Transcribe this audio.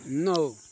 नौ